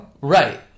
Right